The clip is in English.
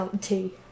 tea